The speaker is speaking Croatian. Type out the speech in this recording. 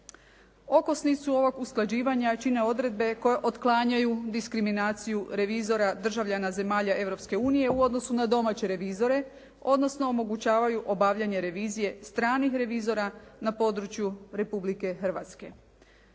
Okosnicu ovog usklađivanja čine odredbe koje otklanjaju diskriminaciju revizora, državljana zemalja Europske unije u odnosu na domaće revizore odnosno omogućavaju obavljanje revizije stranih revizora na području Republike Hrvatske.